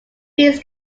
beads